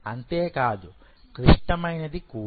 అంతే కాదు క్లిష్టమైనది కూడా